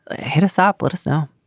ah hit us ah up. let us know